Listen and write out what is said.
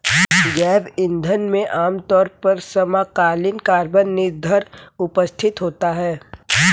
जैव ईंधन में आमतौर पर समकालीन कार्बन निर्धारण उपस्थित होता है